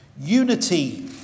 Unity